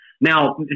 Now